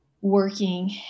working